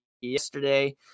yesterday